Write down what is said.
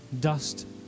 dust